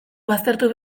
baztertu